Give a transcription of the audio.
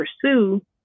pursue